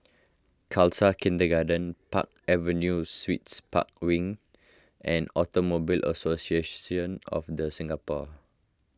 Khalsa Kindergarten Park Avenue Suites Park Wing and Automobile Association of the Singapore